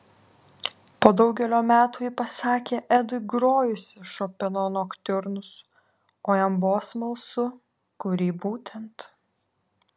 po daugelio metų ji pasakė edui grojusi šopeno noktiurnus o jam buvo smalsu kurį būtent